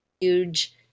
huge